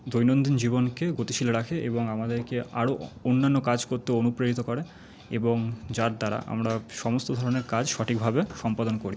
দৈনন্দিন জীবনকে গতিশীল রাখে এবং আমাদেরকে আরও অন্যান্য কাজ করতে অনুপ্রেরিত করে এবং যার দ্বারা আমরা সমস্ত ধরনের কাজ সঠিকভাবে সম্পাদন করি